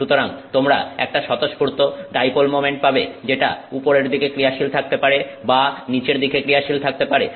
সুতরাং তোমরা একটা সতস্ফুর্ত ডাইপোল মোমেন্ট পাবে যেটা উপরের দিকে ক্রিয়াশীল থাকতে পারে বা নিচের দিকে ক্রিয়াশীল থাকতে পারে